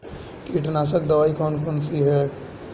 कीटनाशक दवाई कौन कौन सी हैं?